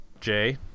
Jay